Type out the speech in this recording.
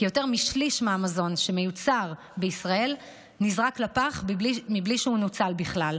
כי יותר משליש מהמזון שמיוצר בישראל נזרק לפח בלי שהוא נוצל בכלל.